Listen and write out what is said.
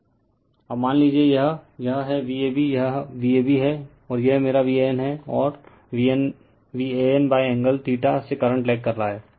refer slide time 3044 अब मान लीजिए यह है यह है Vab यह Vab है और यह मेरा VAN और VAN एंगल से करंट' लेग कर रहा है